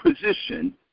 position